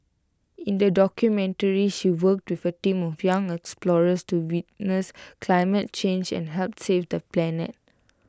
in the documentary she worked with A team of young explorers to witness climate change and help save the planet